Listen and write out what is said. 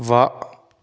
ਵਾਹ